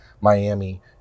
Miami